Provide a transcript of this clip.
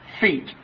feet